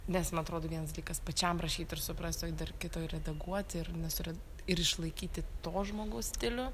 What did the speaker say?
nes man atrodo vienas dalykas pačiam rašyt ir suprast o i dar kito ir redaguot ir nesured ir išlaikyti to žmogaus stilių